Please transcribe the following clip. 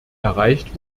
erreicht